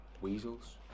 weasels